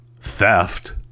theft